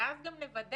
ואז גם נוודא